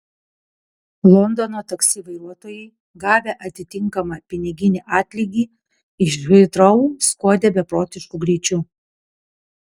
londono taksi vairuotojai gavę atitinkamą piniginį atlygį iš hitrou skuodė beprotišku greičiu